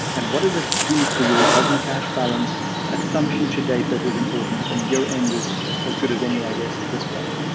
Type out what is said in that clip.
and what does it do for your resulting cash balance at some future date that is important? and your end is as good as any i guess at this point.